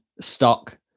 stock